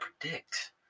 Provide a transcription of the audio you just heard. predict